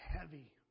heavy